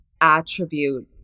attribute